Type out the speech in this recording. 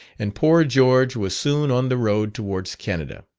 and poor george was soon on the road towards canada.